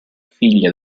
figlia